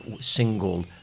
single